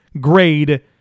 grade